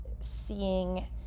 seeing